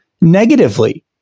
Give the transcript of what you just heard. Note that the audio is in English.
negatively